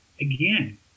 again